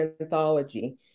anthology